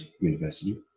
University